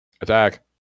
attack